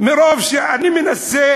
מרוב שאני מנסה